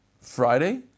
Friday